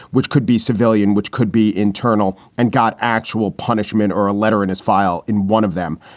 which could be civilian, which could be internal and got actual punishment or a letter in his file in one of them.